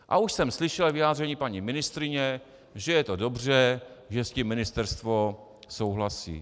A už jsem slyšel vyjádření paní ministryně, že je to dobře, že s tím ministerstvo souhlasí.